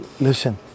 listen